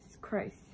Christ